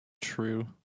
True